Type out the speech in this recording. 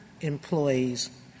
employees